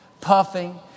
puffing